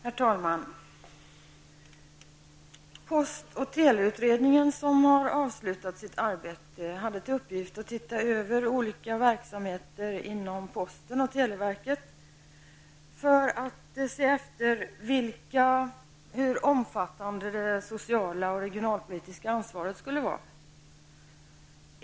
Herr talman! Post och teleutredningen, som har avslutat sitt arbete, hade till uppgift att se över olika verksamheter inom posten och televerket för att se hur omfattande det sociala och regionalpolitiska ansvaret skulle vara.